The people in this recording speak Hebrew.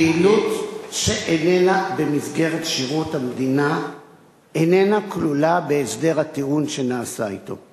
פעילות שאיננה במסגרת שירות המדינה איננה כלולה בהסדר הטיעון שנעשה אתו.